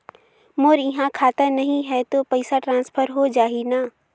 मोर इहां खाता नहीं है तो पइसा ट्रांसफर हो जाही न?